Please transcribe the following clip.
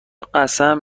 قسم